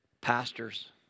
pastors